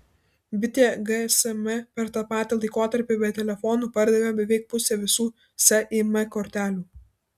bitė gsm per tą patį laikotarpį be telefonų pardavė beveik pusę visų sim kortelių